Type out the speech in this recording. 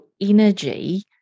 energy